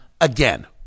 again